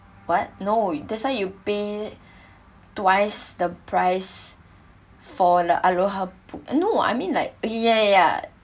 what no that's why you pay twice the price for the aloha po~ no I mean like ya ya ya